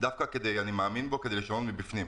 כי אני מאמין בו שניתן באמצעותו לשנות מבפנים.